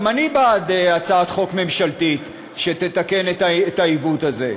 גם אני בעד הצעת חוק ממשלתית שתתקן את העיוות הזה.